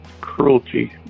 cruelty